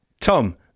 tom